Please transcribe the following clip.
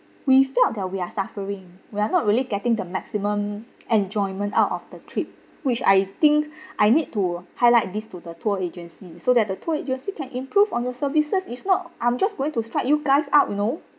we felt that we are suffering we are not really getting the maximum enjoyment out of the trip which I think I need to highlight this to the tour agency so that the tour agency can improve on your services if not I'm just going to strike you guys out you know